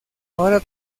ahora